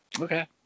Okay